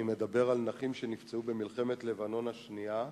ואני מדבר על נכים שנפצעו במלחמת לבנון השנייה.